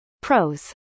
Pros